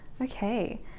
Okay